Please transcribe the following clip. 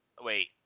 Wait